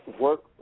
work